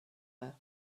her